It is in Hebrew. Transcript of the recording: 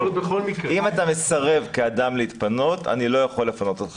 אם אתה מסרב כאדם להתפנות אני לא יכול לפנות אותך.